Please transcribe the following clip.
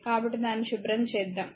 కాబట్టి దాన్ని శుభ్రం చేద్దాం